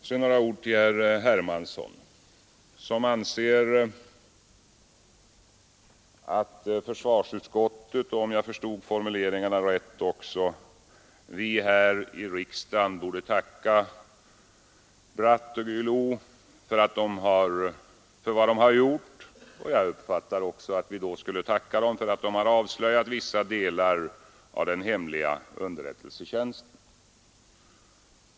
Sedan några ord till herr Hermansson, som anser att försvarsutskottet och — om jag förstod formuleringarna rätt — också vi här i riksdagen borde tacka Bratt och Guillou för vad de har gjort. Jag uppfattade det så att vi också borde tacka dem för att de avslöjat vissa delar av den hemliga underrättelsetjänsten.